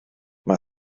mae